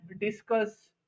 discuss